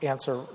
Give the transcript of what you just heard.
answer